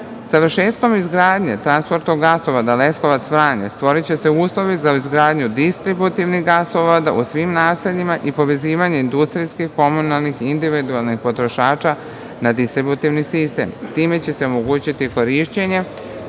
Završetkom izgradnje transportnog gasovoda Leskovac-Vranje stvoriće se uslovi za izgradnju distributivnih gasova u svim naseljima i povezivanje industrijskih, komunalnih i individualnih potrošača na distributivni sistem. Time će se omogućiti korišćenje